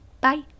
bye